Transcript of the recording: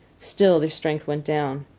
still, their strength went down.